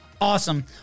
awesome